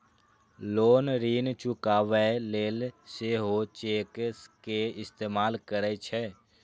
लोग ऋण चुकाबै लेल सेहो चेक के इस्तेमाल करै छै